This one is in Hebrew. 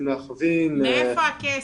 תתחיל ותאמר איפה הכסף.